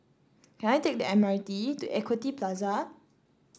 can I take the M R T to Equity Plaza